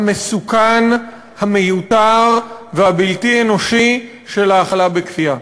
המסוכן, המיותר והבלתי-אנושי של ההאכלה בכפייה.